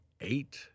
eight